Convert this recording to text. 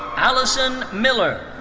allison miller.